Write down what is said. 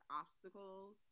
obstacles